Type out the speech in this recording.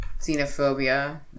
xenophobia